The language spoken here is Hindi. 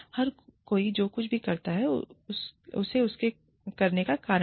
हर कोई जो कुछ भी कर रही है उसे करने का एक कारण है